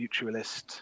mutualist